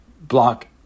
block